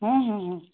ହଁ ହଁ ହଁ